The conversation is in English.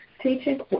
teaching